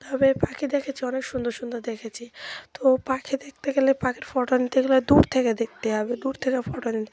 তবে পাখি দেখেছি অনেক সুন্দর সুন্দর দেখেছি তো পাখি দেখতে গেলে পাখির ফটো নিতে গেলে দূর থেকে দেখতে হবে দূর থেকে ফটো নিতে